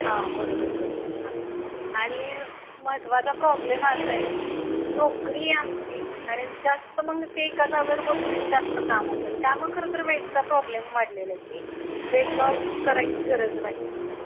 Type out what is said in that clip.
हां बरोबर बरोबर हां आणि महत्त्वाचा प्रॉब्लेम असा आहे की नोकरी आहे आमची आणि जास्त मग ते एका जागेवर बसून जास्त काम होतं आणि त्यामुळं खरंतर वेटचा प्रॉब्लेम वाढलेला आहे की वेट लॉस करायची गरज वाटते मला